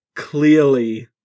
Clearly